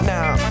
Now